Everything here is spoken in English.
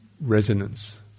resonance